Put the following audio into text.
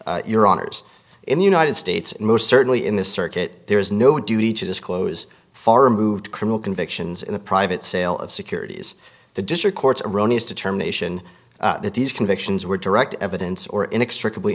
subpoena your honour's in the united states most certainly in the circuit there is no duty to disclose far removed criminal convictions in the private sale of securities the district courts erroneous determination that these convictions were direct evidence or inextricably